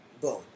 Boom